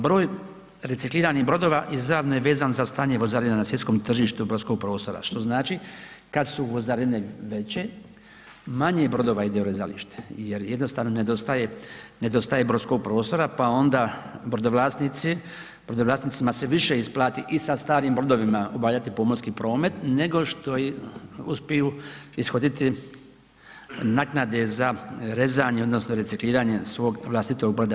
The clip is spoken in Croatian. Broj recikliranih brodova izravno je vezan za stanje vozarina na svjetskom tržištu brodskog prostora što znači kada su vozarine veće manje brodova ide u rezalište jer jednostavno nedostaje brodskog prostora pa onda brodovlasnici, brodovlasnicima se više isplati i sa starim brodovima obavljati pomorski promet nego što uspiju ishoditi naknade za rezanje, odnosno recikliranje svog vlastitog broda.